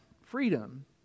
freedom